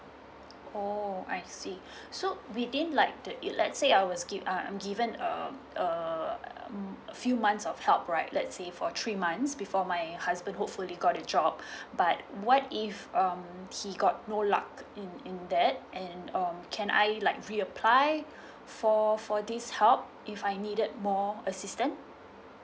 oh I see so within like the if let's say I was give um I'm given um uh um a few months of help right let's say for three months before my husband hopefully got the job but what if um he got no luck and and that and um can I like re apply for for this help if I needed more assistant